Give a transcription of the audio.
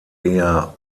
eher